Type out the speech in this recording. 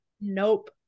nope